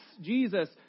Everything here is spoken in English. Jesus